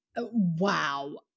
wow